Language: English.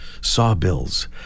sawbills